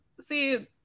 see